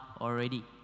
already